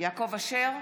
יעקב אשר,